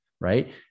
right